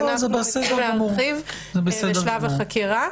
ואנחנו מציעים מרחיבים לשלב החקירה.